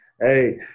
Hey